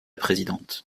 présidente